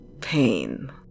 pain